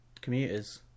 commuters